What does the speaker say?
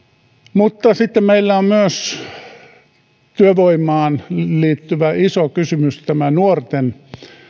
mutta sitten meillä on myös työvoimaan liittyvä iso kysymys tämä nuorten